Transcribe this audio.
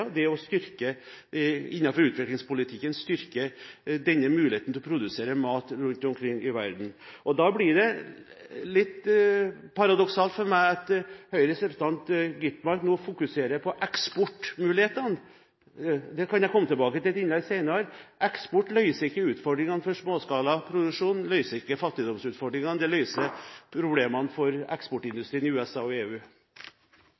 for meg et paradoks at Høyres representant, Skovholt Gitmark, nå fokuserer på eksportmulighetene. Det kan jeg komme tilbake til i et senere innlegg. Eksport løser ikke utfordringene for småskalaproduksjon, det løser ikke fattigdomsutfordringene, men det løser problemene for